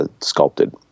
sculpted